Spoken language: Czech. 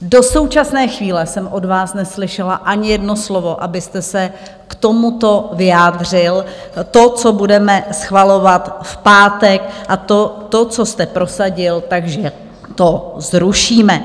Do současné chvíle jsem od vás neslyšela ani jedno slovo, abyste se k tomuto vyjádřil to, co budeme schvalovat v pátek, a to, co jste prosadil, takže to zrušíme.